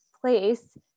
place